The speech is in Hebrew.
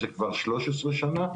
זה כבר 13 שנה,